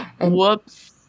Whoops